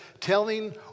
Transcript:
telling